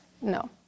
No